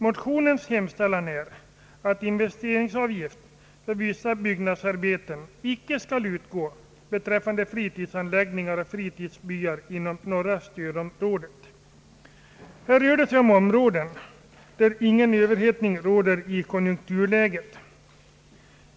Motionärerna hemställer att investeringsavgift för vissa byggnadsarbeten icke skall utgå för fritidsanläggningar och fritidsbyar inom norra stödområdet. Här rör det sig om områden, där ingen överhettad konjunktur råder.